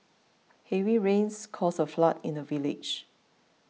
heavy rains caused a flood in the village